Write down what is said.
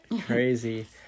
Crazy